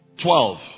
Twelve